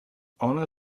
honour